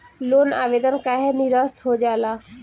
Loan आवेदन काहे नीरस्त हो जाला?